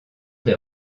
des